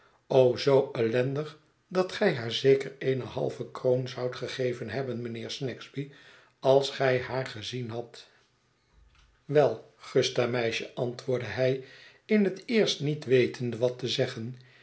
o zoo ellendig dat gij haar zeker eene halve kroon zoudt gegeven hebben mijnheer snagsby als gij haar gezien hadt wel gusta meisje antwoordde hij in het eerst niet wetende wat te zeggen